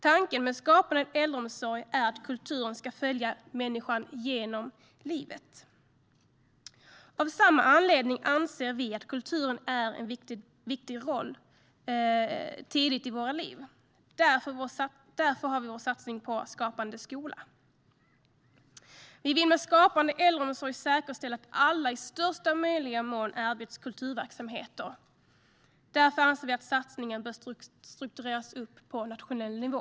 Tanken med skapande äldreomsorg är att kulturen ska följa människan genom livet. Av samma anledning anser vi att kulturen har en viktig roll tidigt i våra liv. Därför har vi vår satsning på skapande skola. Vi vill med skapande äldreomsorg säkerställa att alla i största möjliga mån erbjuds kulturverksamheter. Därför anser vi att satsningen bör struktureras på nationell nivå.